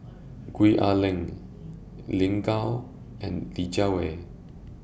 Gwee Ah Leng Lin Gao and Li Jiawei